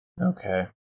Okay